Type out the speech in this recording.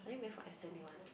I only went for S_M_U [one]